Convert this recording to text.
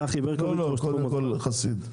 קודם כל חסיד.